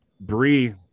Bree